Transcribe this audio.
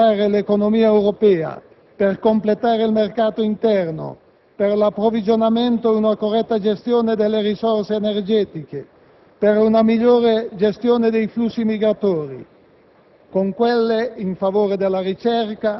con le priorità stabilite per modernizzare l'economia europea, per completare il mercato interno, per l'approvvigionamento ed una corretta gestione delle risorse energetiche, per una migliore gestione dei flussi migratori